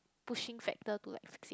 pushing factor to like fix it